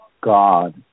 God